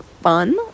fun